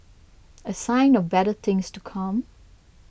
a sign of better things to come